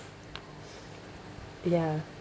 ya